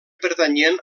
pertanyien